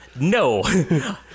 No